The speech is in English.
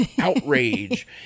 outrage